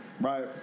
Right